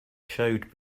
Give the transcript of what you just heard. showed